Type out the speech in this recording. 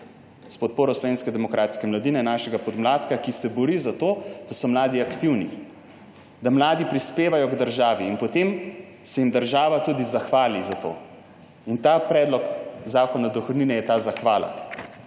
s podporo Slovenske demokratske mladine, našega podmladka, ki se bori za to, da so mladi aktivni, da mladi prispevajo k državi in potem se jim država tudi zahvali za to. Ta predlog zakona o dohodnini je ta zahvala,